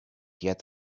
yet